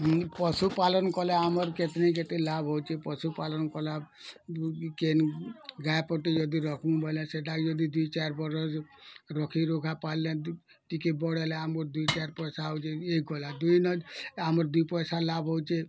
ପଶୁପାଲନ କଲେ ଆମର କେତେ ନେ କେତେ ଲାଭ୍ ହେଉଛେ ପଶୁ ପାଳନ କଲା କେନ୍ ଗାଈ ପଟି ଯଦି ରଖମୁଁ ବୋଲେ ସେଟାଇ ଯଦି ଦୁଇ ଚାର୍ ବରଷ୍ ରଖିରୁଖା ପାରିଲେ ଟିକେ ବଡ଼ ହେଲେ ଆମକୁ ଦୁଇ ଚାରି ପଇସା ହେଉଛି ୟେ କହିଲା ଦୁଇ ଆମର ଦୁଇ ପଇସା ଲାଭ୍ ହେଉଛେ